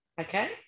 Okay